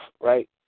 right